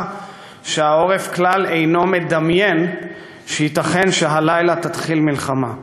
שהעורף כלל אינו מדמיין שייתכן שהלילה תתחיל מלחמה.